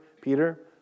peter